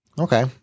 Okay